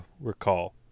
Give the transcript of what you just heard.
recall